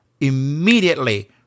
immediately